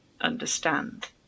understand